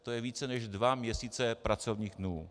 To je více než dva měsíce pracovních dnů.